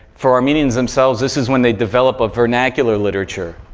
for armenians themselves, this is when they develop a vernacular literature,